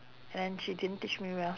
then she didn't teach me well